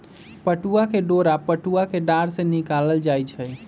पटूआ के डोरा पटूआ कें डार से निकालल जाइ छइ